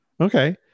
Okay